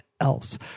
else